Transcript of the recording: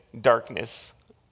darkness